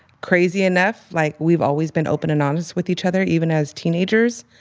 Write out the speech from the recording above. crazy enough, like, we've always been open and honest with each other, even as teenagers,